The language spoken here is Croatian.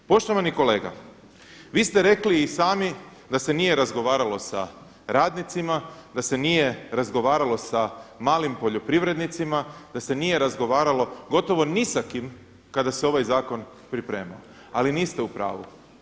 Poštovani kolega, vi ste rekli i sami da se nije razgovaralo sa radnicima, da se nije razgovaralo sa malim poljoprivrednicima, da se nije razgovaralo gotovo ni sa kim kada se ovaj zakon pripremao, ali niste u pravu.